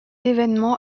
événement